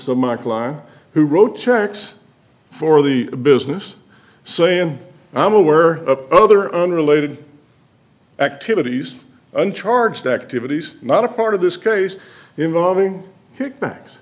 of my client who wrote checks for the business saying i'm aware of other unrelated activities and charged activities not a part of this case involving kickbacks